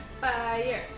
Fire